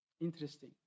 Interesting